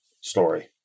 story